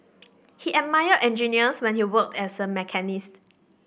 he admired engineers when he worked as a machinist